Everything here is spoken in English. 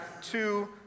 two